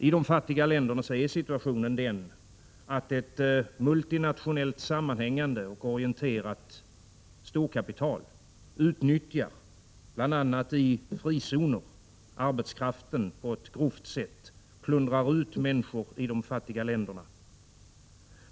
I de fattiga länderna är situationen den att ett sammanhängande och multinationellt orienterat storkapital utnyttjar, bl.a. i frizoner, arbetskraften på ett grovt sätt och plundrar ut människor i de fattiga länderna.